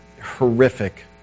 Horrific